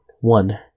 one